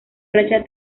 racha